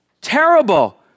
Terrible